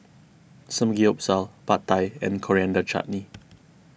Samgeyopsal Pad Thai and Coriander Chutney